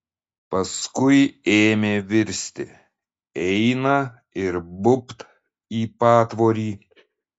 paskui ėmė virsti eina ir bubt į patvorį